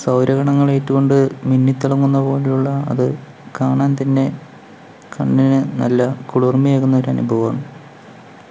സൗരകണങ്ങളേറ്റുകൊണ്ട് മിന്നിത്തെളങ്ങുന്ന പോലുള്ള അത് കാണാൻ തന്നെ കണ്ണിന് നല്ല കുളിർമ്മയേകുന്ന ഒരനുഭവാണ്